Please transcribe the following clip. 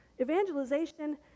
Evangelization